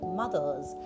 mothers